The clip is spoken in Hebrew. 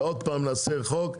ועוד פעם נעשה חוק.